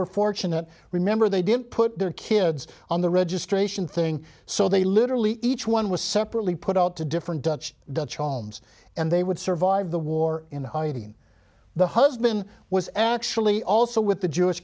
we're fortunate remember they didn't put their kids on the registration thing so they literally each one was separately put out to different dutch dutch arms and they would survive the war in hiding the husband was actually also with the jewish